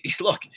look